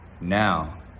Now